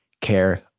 care